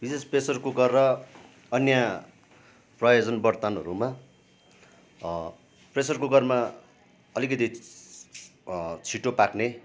विशेष pressure cooker र अन्य प्रयोजन बर्तनहरूमा प्रेसर कुकरमा अलिकति छिटो पाक्ने